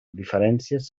diferències